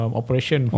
operation